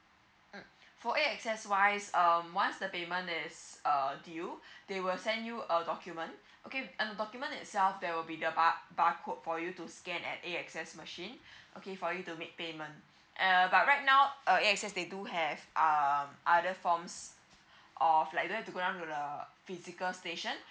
mm for A_X_S wise um once the payment is err due they will send you a document okay a document itself there will be the bar~ barcode for you to scan at A_X_S machine okay for you to make payment err but right now uh A_X_S they do have uh other forms of like you don't have to go down to the physical station